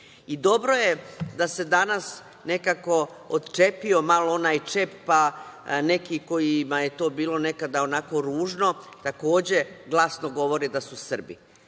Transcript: Srbi. Dobro je da se danas nekako otčepio malo onaj čep, pa neki kojima je to bilo nekada onako ružno, takođe, glasno govore da su Srbi. Dobro